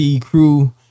crew